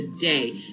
today